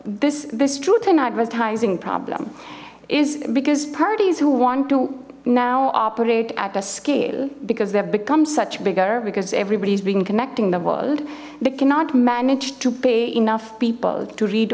this truth in advertising problem is because parties who want to now operate at a scale because they've become such bigger because everybody's been connecting the world they cannot manage to pay enough people to read